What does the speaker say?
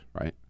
right